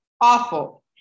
awful